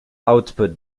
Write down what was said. output